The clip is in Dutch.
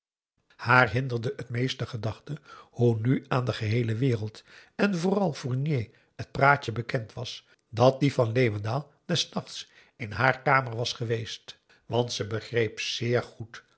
haar hinderde t meest de gedachte hoe nu aan de geheele wereld en vooral fournier het praatje bekend was dat die van leeuwendaal des nachts in haar kamer was geweest want ze begreep zeer goed